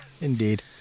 indeed